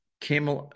came